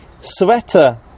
sweater